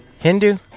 Hindu